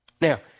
Now